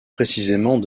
précisément